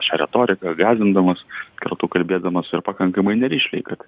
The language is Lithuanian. šią retoriką gąsdindamas kartu kalbėdamas ir pakankamai nerišliai kad